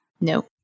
No